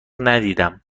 ندیدم